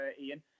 Ian